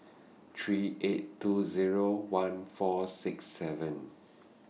three eight two Zero one four six seven